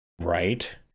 Right